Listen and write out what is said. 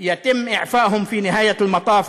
יוסכם בוועדת העבודה והבריאות בכנסת,